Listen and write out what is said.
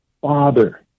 father